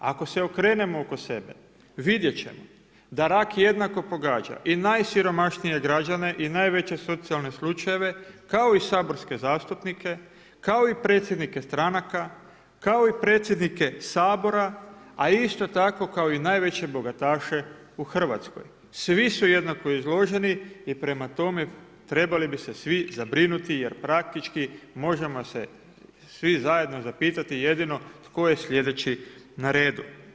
Ako se okrenemo oko sebe, vidjet ćemo da rak jednako pogađa i najsiromašnije građane i najveće socijalne slučajeve kao i saborske zastupnike, kao i predsjednike stranaka, kao i predsjednike Sabora a isto tako kao i najveće bogataše u Hrvatskoj, svi su jednako izloženi i prema tome trebali bi se svi zabrinuti jer praktički možemo se svi zajedno zapitati jedino tko je slijedeći na redu.